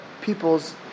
people's